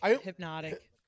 Hypnotic